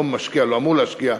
לא משקיע,